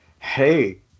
Hey